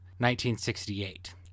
1968